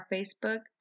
Facebook